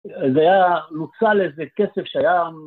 זה היה... נוצל איזה כסף שהיה מ...